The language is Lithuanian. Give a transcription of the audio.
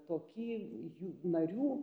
tokį jų narių